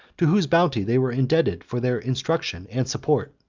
to whose bounty they were indebted for their instruction and support.